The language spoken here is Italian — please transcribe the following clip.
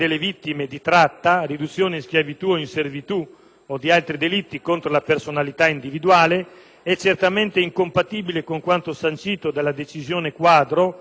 o di altri delitti contro la personalità individuale è certamente incompatibile con quanto sancito dalla decisione quadro 2002/629/GAI